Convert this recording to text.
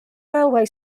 railway